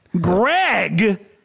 Greg